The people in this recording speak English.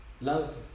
Love